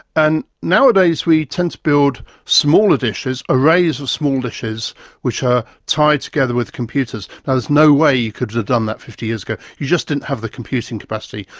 and nowadays we tend to build smaller dishes, arrays of small dishes which are tied together with computers. there's no way you could have done that fifty years ago, you just didn't have the computing capacity.